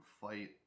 fight